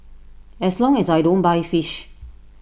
as long as I don't buy fish